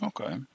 Okay